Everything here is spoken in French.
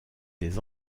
des